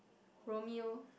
Romeo